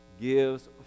gives